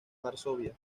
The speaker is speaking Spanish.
varsovia